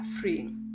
free